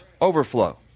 overflow